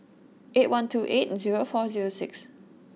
eight one two eight zero four zero six